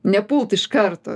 nepult iš karto